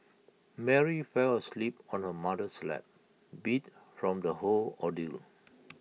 Mary fell asleep on her mother's lap beat from the whole ordeal